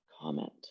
comment